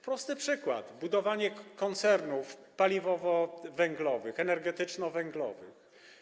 Prosty przykład: budowanie koncernów paliwowo-węglowych, energetyczno-węglowych.